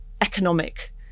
economic